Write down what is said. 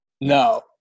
No